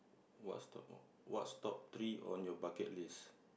what's top what's top three on your bucket list